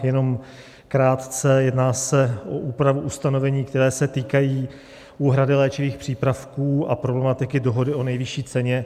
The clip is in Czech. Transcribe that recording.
Jenom krátce: jedná se o úpravu ustanovení, která se týkají úhrady léčivých přípravků a problematiky dohody o nejvyšší ceně.